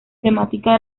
temática